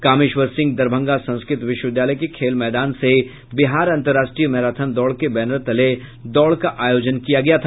कामेश्वर सिंह दरभंगा संस्कृत विश्विद्यालय के खेल मैदान से बिहार अंतरराष्ट्रीय मैराथन दौड़ के बैनर तले दौड़ का आयोजन किया गया था